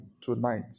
tonight